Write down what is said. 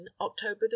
October